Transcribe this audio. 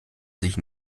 sich